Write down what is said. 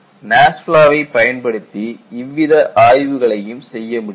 NASFLA வை பயன்படுத்தி இவ்வித ஆய்வுகளையும் செய்ய முடியும்